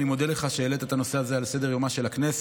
אני מודה לך שהעלית את הנושא הזה על סדר-יומה של הכנסת.